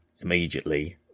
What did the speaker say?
immediately